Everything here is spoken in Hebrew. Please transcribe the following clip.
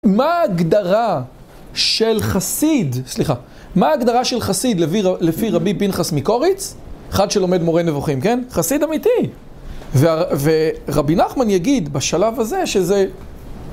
מה ההגדרה של חסיד, סליחה, מה ההגדרה של חסיד לפי רבי פנחס מקוריץ? אחד שלומד מורה נבוכים, כן? חסיד אמיתי. ורבי נחמן יגיד בשלב הזה שזה...